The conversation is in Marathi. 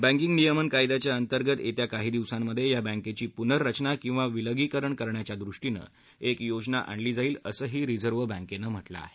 बँकिग नियमन कायद्याच्या अंतर्गत येत्या काही दिवसांमध्ये या बँकेची पुनर्रचना किंवा विलगीकरण करण्याच्या दृष्टीनं एक योजना आणली जाईल असंही रिझर्व्ह बँकेनं म्हटलं आहे